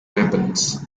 weapons